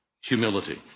Humility